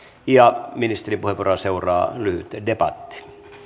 ja ministerin puheenvuoroa seuraa lyhyt debatti